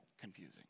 confusing